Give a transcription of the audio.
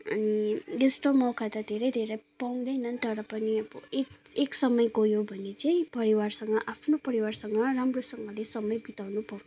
अनि यस्तो मौका त धेरै धेरै पाउँदैनन् तर पनि अब एकएक समय गयो भने चाहिँ परिवारसँग आफ्नो परिवारसँग राम्रोसँगले समय बिताउनु पाउँछ